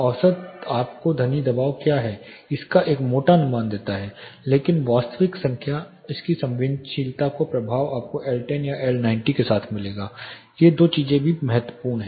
औसत आपको ध्वनि दबाव क्या है इसका एक मोटा अनुमान देता है लेकिन वास्तविक संख्या इसकी संवेदनशीलता का प्रभाव आपको L10 या L90 के साथ मिलेगा ये दो चीजें भी महत्वपूर्ण हैं